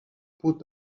pot